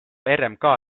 rmk